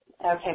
Okay